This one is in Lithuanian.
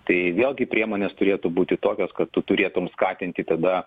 tai vėlgi priemonės turėtų būti tokios kad tu turėtum skatinti tada